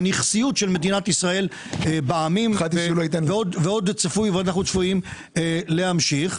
בנכסיות של מדינת ישראל בעמים ואנחנו צפויים להמשיך.